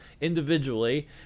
individually